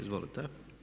Izvolite.